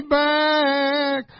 back